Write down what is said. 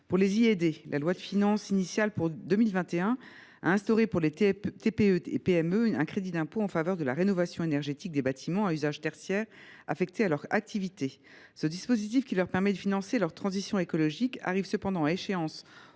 Pour les y aider, la loi de finances initiale pour 2021 a institué, pour les TPE et PME, un crédit d’impôt en faveur de la rénovation énergétique des bâtiments à usage tertiaire affectés à leur activité. Ce dispositif, qui leur permet de financer leur transition écologique, arrive cependant à échéance